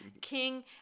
king